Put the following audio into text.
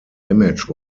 image